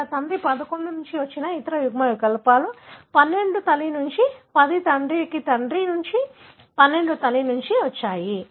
ఇక్కడ తండ్రి 11 నుండి వచ్చిన ఇతర యుగ్మవికల్పాలు 12 తల్లి నుండి 10 తండ్రి నుండి 12 తల్లి నుండి వచ్చాయి